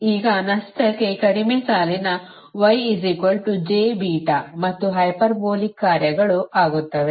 ಈಗ ನಷ್ಟಕ್ಕೆ ಕಡಿಮೆ ಸಾಲಿನ ಮತ್ತು ಹೈಪರ್ಬೋಲಿಕ್ ಕಾರ್ಯಗಳು ಆಗುತ್ತವೆ